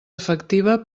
efectiva